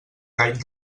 caic